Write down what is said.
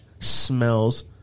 Smells